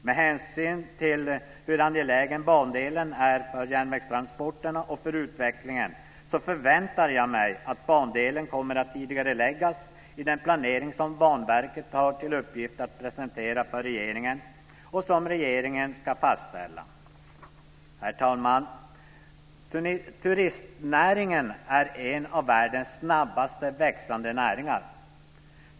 Med hänsyn till hur angelägen bandelen är för järnvägstransporterna och för utvecklingen förväntar jag mig att bandelen kommer att tidigareläggas i den planering som Banverket har till uppgift att presentera för regeringen och som regeringen ska fastställa. Herr talman! Turistnäringen är en av världens snabbast växande näringar.